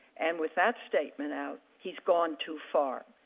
and with that statement out he has gone too far.